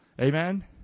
Amen